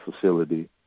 facility